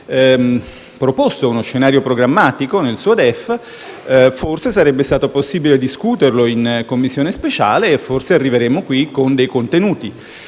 proposto uno scenario programmatico nel suo DEF, forse sarebbe stato possibile discuterlo in Commissione speciale e, forse, saremmo arrivati qui con dei contenuti.